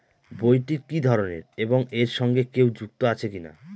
বইটি কি ধরনের এবং এর সঙ্গে কেউ যুক্ত আছে কিনা?